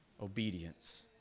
obedience